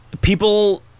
people